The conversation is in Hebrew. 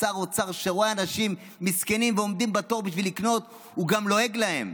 שר אוצר שרואה אנשים מסכנים שעומדים בתור בשביל לקנות גם לועג להם.